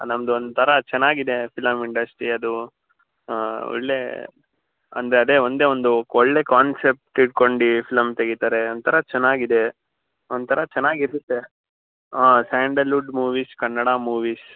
ನಮ್ಮದೊಂಥರ ಚೆನ್ನಾಗಿದೆ film industry ಅದು ಹಾಂ ಒಳ್ಳೆಯ ಅಂದ್ರೆ ಅದೇ ಒಂದೇ ಒಂದು ಒಳ್ಳೆ ಕಾನ್ಸೆಪ್ಟ್ ಇಟ್ಕೊಂಡು ಈ ಫಿಲಮ್ ತೆಗೀತಾರೆ ಒಂಥರ ಚೆನ್ನಾಗಿದೆ ಒಂಥರ ಚೆನ್ನಾಗಿರುತ್ತೆ ಹಾಂ ಸ್ಯಾಂಡಲ್ವುಡ್ ಮೂವೀಸ್ ಕನ್ನಡ ಮೂವೀಸ್